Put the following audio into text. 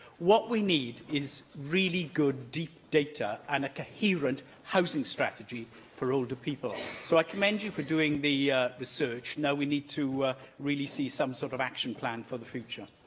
what we need is really good, deep data and a coherent housing strategy for older people. so, i commend you for doing the research now we need to really see some sort of action plan for the future.